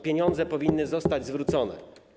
Pieniądze powinny zostać zwrócone.